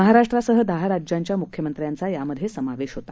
महाराष्ट्रासह दहा राज्यांच्या मुख्यमंत्र्यांचा यामध्ये समावेश होता